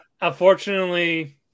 Unfortunately